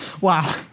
Wow